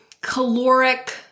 caloric